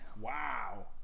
Wow